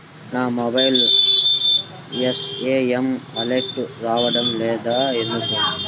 నా మొబైల్కు SMS alerts రావడం లేదు ఎందుకు?